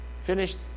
finished